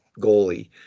goalie